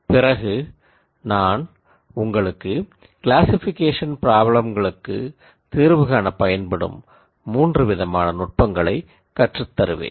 பிறகு நான் உங்களுக்கு க்ளாசிக்பிகேஷன் பிராப்ளம்களுக்கு தீர்வு காண பயன்படும் மூன்று விதமான டெக்னிக்குகளை கற்றுத் தருவேன்